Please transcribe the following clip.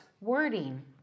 wording